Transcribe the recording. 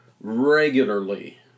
regularly